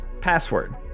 Password